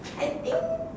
I think